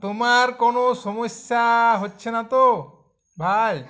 তোমার কোনো সমস্যা হচ্ছে না তো ভাই